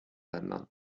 ländern